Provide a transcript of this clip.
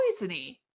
Poisony